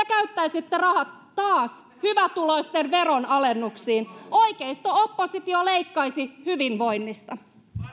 käyttäisitte rahat taas hyvätuloisten veronalennuksiin oikeisto oppositio leikkaisi hyvinvoinnista